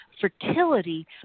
fertility